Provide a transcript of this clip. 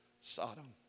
Sodom